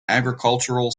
agricultural